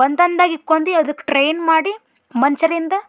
ಬಂಧನದಾಗ ಇಟ್ಕೊಂಡಿ ಅದಕ್ಕೆ ಟ್ರೈನ್ ಮಾಡಿ ಮನ್ಷರಿಂದ